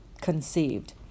conceived